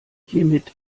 hiermit